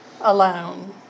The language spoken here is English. alone